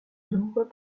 l’envoi